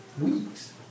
Weeks